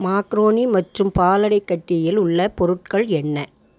macaroni மற்றும் பாலடைக்கட்டியில் உள்ள பொருட்கள் என்ன